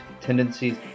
tendencies